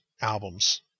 albums